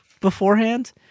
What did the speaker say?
beforehand